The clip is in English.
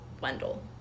Wendell